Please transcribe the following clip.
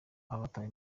abatawe